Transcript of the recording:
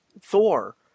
Thor